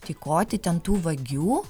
tykoti ten tų vagių